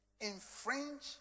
infringe